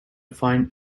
find